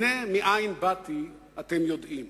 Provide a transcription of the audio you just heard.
הנה, מאין באתי אתם יודעים,